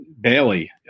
Bailey